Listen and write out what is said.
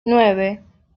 nueve